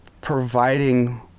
providing